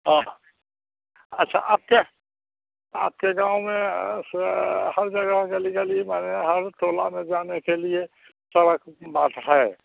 हाँ अच्छा अब के आपके गाँव में स हर जगह गली गली मोहल्ले हर तोला में जाने के लिए चालक बस है